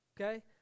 Okay